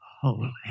holy